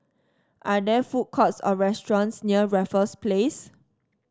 are there food courts or restaurants near Raffles Place